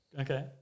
Okay